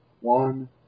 one